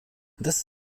das